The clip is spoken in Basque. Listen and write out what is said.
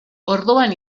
orduan